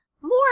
more